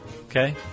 okay